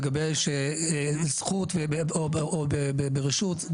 לגבי זכות או ברשות,